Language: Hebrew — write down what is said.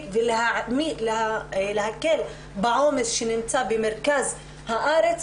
להקל בעומס שנמצא במרכז הארץ,